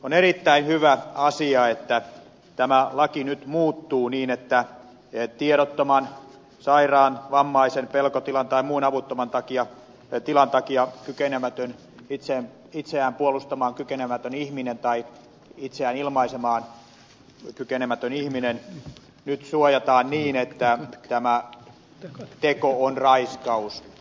on erittäin hyvä asia että tämä laki nyt muuttuu niin että tiedottomuuden sairauden vammaisuuden pelkotilan tai muun avuttoman tilan takia itseään puolustamaan kykenemätön ihminen tai itseään ilmaisemaan kykenemätön ihminen nyt suojataan niin että tämä teko on raiskaus